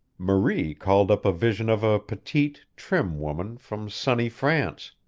marie called up a vision of a petite, trim woman from sunny france,